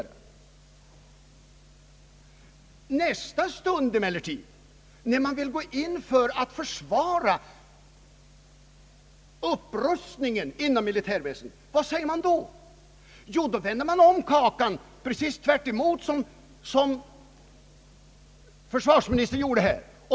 I nästa stund emellertid, när försvarsministern vill gå in för att försvara upprustningen inom militärväsendet, säger han precis tvärtom.